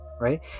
right